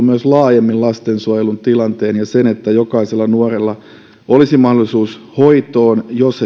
myös laajemmin lastensuojelun tilanteen ja sen että jokaisella nuorella olisi mahdollisuus hoitoon jos